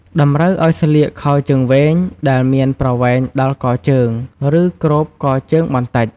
តម្រូវឱ្យស្លៀក ខោជើងវែង ដែលមានប្រវែង ដល់កជើង ឬគ្របកជើងបន្តិច។